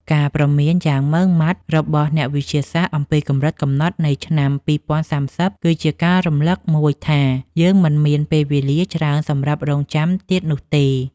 ការព្រមានយ៉ាងម៉ឺងម៉ាត់របស់អ្នកវិទ្យាសាស្ត្រអំពីកម្រិតកំណត់នៃឆ្នាំ ២០៣០ គឺជាការរំលឹកមួយថា យើងមិនមានពេលវេលាច្រើនសម្រាប់រង់ចាំទៀតនោះទេ។